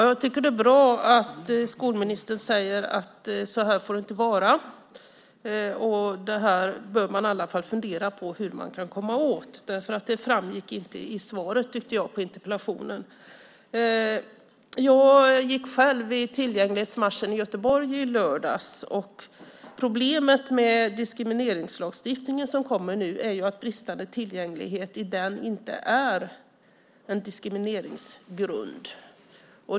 Herr talman! Det är bra att skolministern säger att det inte får vara så här. Man bör i varje fall fundera på hur man ska komma åt det. Jag tyckte inte att det framgick i svaret på interpellationen. Jag gick själv i tillgänglighetsmarschen i Göteborg i lördags. Problemet med diskrimineringslagstiftningen som nu kommer är att bristande tillgänglighet inte är en diskrimineringsgrund i den.